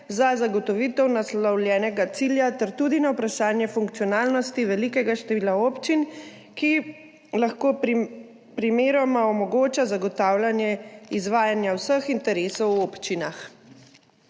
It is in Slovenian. za zagotovitev naslovljenega cilja ter tudi na vprašanje funkcionalnosti velikega števila občin, ki lahko primeroma omogoča zagotavljanje izvajanja vseh interesov v občinah.